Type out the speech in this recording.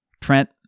Trent